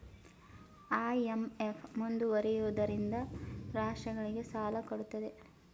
IMF ಮುಂದುವರಿದಿರುವ ರಾಷ್ಟ್ರಗಳಿಗೆ ಸಾಲ ಕೊಡುತ್ತದೆ